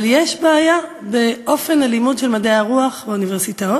אבל יש בעיה באופן הלימוד של מדעי הרוח באוניברסיטאות.